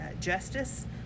justice